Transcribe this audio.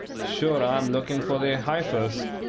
sure, i'm looking for the heifers,